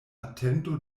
atento